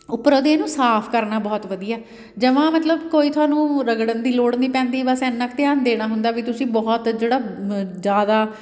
ਉੱਪਰੋਂ ਦੀ ਇਹਨੂੰ ਸਾਫ਼ ਕਰਨਾ ਬਹੁਤ ਵਧੀਆ ਜਮਾਂ ਮਤਲਬ ਕੋਈ ਤੁਹਾਨੂੰ ਰਗੜਨ ਦੀ ਲੋੜ ਨਹੀਂ ਪੈਂਦੀ ਬਸ ਇੰਨਾ ਕੁ ਧਿਆਨ ਦੇਣਾ ਹੁੰਦਾ ਵੀ ਤੁਸੀਂ ਬਹੁਤ ਜਿਹੜਾ ਮ ਜ਼ਿਆਦਾ